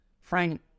Frank